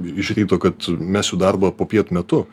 iš ryto kad mesiu darbą popiet metu